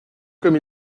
comme